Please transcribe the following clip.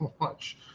watch